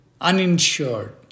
uninsured